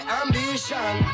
ambition